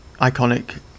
iconic